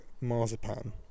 marzipan